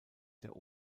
der